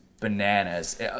bananas